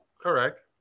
Correct